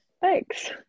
Thanks